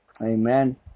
Amen